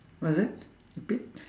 what is that